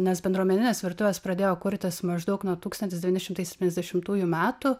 nes bendruomeninės virtuvės pradėjo kurtis maždaug nuo tūkstantis devyni šimtai septyniasdešimtųjų metų